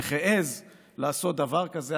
איך העז לעשות דבר כזה.